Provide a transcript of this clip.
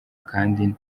kandi